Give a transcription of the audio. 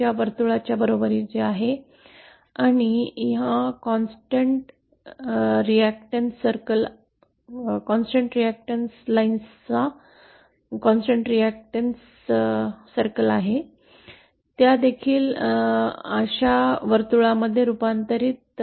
5 वर्तुळाच्या बरोबरीने आहे आणि या सतत रिअॅक्टंट ओळी या स्थिर रिअॅक्टंट लाइन आहेत त्या देखील अशा वर्तुळामध्ये रुपांतरित झाल्या आहेत